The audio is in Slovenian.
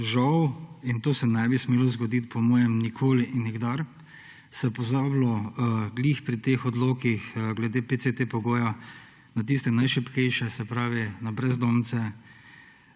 žal – in to se ne bi smelo zgoditi po mojem nikoli in nikdar – se je pozabilo ravno pri teh odlokih glede PCT pogoja na tiste najšibkejše; se pravi na brezdomce,